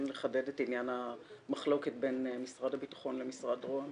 לחדד את עניין המחלוקת בין משרד הביטחון למשרד ראש הממשלה.